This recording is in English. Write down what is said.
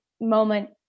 moment